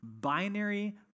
binary